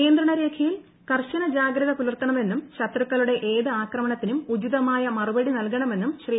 നിയന്ത്രണരേഖയിൽ കർശന ജാഗ്രത പുലർത്തണമെന്നും ശത്രുക്കളുടെ ഏത് ആക്രമണത്തിനും ഉചിതമായ മറുപടി നൽകണമെന്നും ശ്രീ